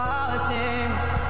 Politics